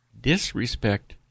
Disrespect